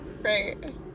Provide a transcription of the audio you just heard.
Right